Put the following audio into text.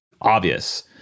obvious